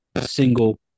single